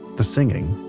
the singing.